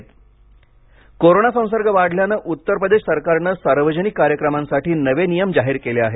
उत्तर प्रदेश कोरोना नियम कोरोना संसर्ग वाढल्यानं उत्तर प्रदेश सरकारनं सार्वजनिक कार्यक्रमांसाठी नवे नियम जाहीर केले आहेत